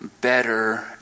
better